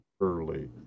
early